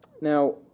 Now